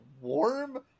warm